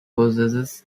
possess